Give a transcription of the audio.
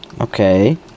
Okay